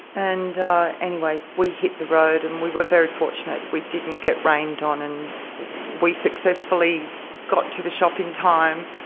and anyway we hit the road and we were very fortunate, we didn't get rained on, and we successfully got to the shop in time.